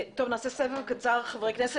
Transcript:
חבר הכנסת